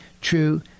true